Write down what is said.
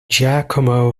giacomo